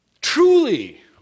truly